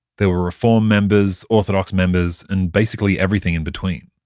there were reform members, orthodox members, and basically everything in between.